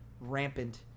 rampant